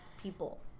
people